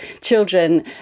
children